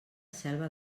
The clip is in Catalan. selva